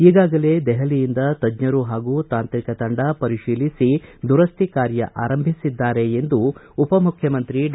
ಈಗಾಗಲೇ ದೆಹಲಿಯಿಂದ ತಜ್ಜರು ಹಾಗೂ ತಾಂತ್ರಿಕ ತಂಡ ಪರಿಶೀಲಿಸಿ ದುರಸ್ತಿ ಕಾರ್ಯ ಆರಂಭಿಸಿದ್ದಾರೆ ಎಂದು ಉಪ ಮುಖ್ಯಮಂತ್ರಿ ಡಾ